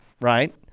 right